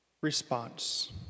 response